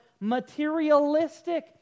materialistic